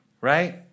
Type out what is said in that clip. right